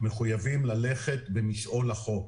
מחויבים ללכת במשעול החוק.